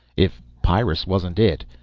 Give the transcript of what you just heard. if pyrrus wasn't it.